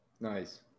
nice